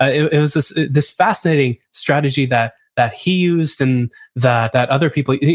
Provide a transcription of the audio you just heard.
ah it it was this this fascinating strategy that that he used and that that other people,